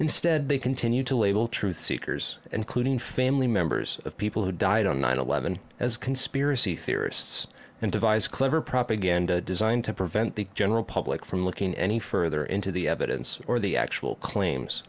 instead they continue to label truth seekers including family members of people who died on nine eleven as conspiracy theorists and devise clever propaganda designed to prevent the general public from looking any further into the evidence or the actual claims